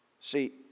See